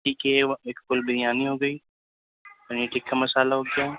ٹھیک ہے ایک فل بریانی ہوگئی پنیر ٹکا مسالہ ہو گیا